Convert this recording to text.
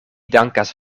dankas